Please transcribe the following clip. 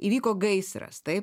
įvyko gaisras taip